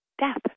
death